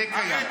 זה קיים.